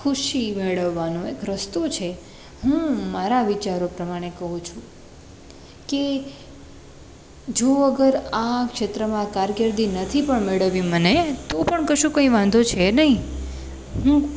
ખુશી મેળવવાનો એક રસ્તો છે હું મારા વિચારો પ્રમાણે કહું છું કે જો અગર આ ક્ષેત્રમાં કારકિર્દી નથી પણ મેળવવી મને તો પણ કશું કંઇ વાંધો છે નહીં હું